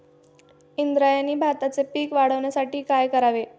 इंद्रायणी भाताचे पीक वाढण्यासाठी काय करावे?